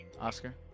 Oscar